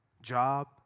Job